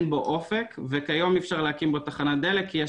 אין בו אופק וכיום אי אפשר להקים בו תחנת דלק כי יש